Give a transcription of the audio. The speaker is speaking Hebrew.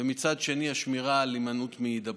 ומצד שני, השמירה על הימנעות מהידבקות.